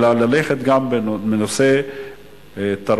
אלא ללכת גם לנושא תרבותי,